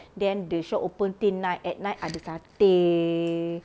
then the shop open till night at night ada satay